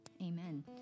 Amen